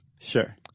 Sure